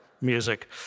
music